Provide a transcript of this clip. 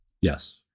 Yes